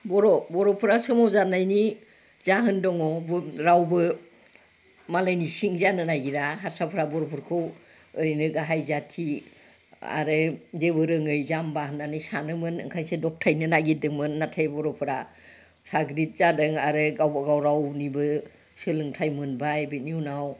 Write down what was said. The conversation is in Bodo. बर' बर'फ्रा सोमावसारनायनि जाहोन दङ रावबो मालायनि सिं जानो नागिरा हारसाफ्रा बर'फोरखौ ओरैनो गाहाय जाथि आरो जेबो रोङै जाम्बा होननानै सानोमोन ओंखायसो दबथायनो नागिरदोंमोन नाथाय बर'फोरा साग्रिद जादों आरो गावबा गाव रावनिबो सोलोंथाइ मोनबाय बेनि उनाव